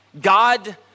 God